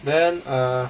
then err